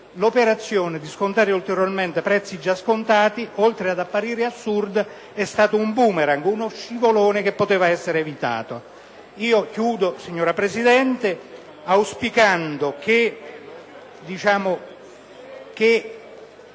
l'operazione di scontare ulteriormente prezzi già scontati, oltre ad apparire assurda, è stata un *boomerang*, uno scivolone che poteva essere evitato. Termino il mio intervento, signora Presidente, auspicando che